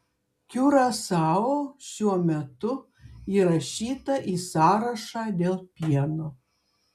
kiurasao šiuo metu įrašyta į sąrašą dėl pieno